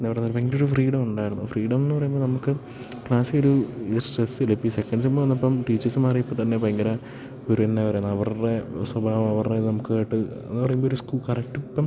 എന്നാ പറഞ്ഞാലും ഭയങ്കരം ഫ്രീഡം ഉണ്ടായിരുന്നു ഫ്രീഡം എന്ന് പറയുമ്പോൾ നമുക്ക് ക്ലാസിൽ ഒരു സ്ട്രെസില്ല ഇപ്പം ഈ സെക്കൻഡ് സെം വന്നപ്പം ടീച്ചേഴ്സ് മാറിയപ്പോൾ തന്നെ ഭയങ്കര ഒരെന്നാ പറയുന്നത് അവരുടെ സ്വഭാവം അവരുടേത് നമുക്കായിട്ട് പറയുമ്പോൾ സ്കൂൾ കറക്റ്റിപ്പം